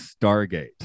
Stargate